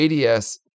ADS